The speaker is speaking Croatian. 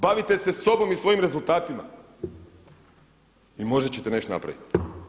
Bavite se sobom i svojim rezultatima i možda ćete nešto napraviti.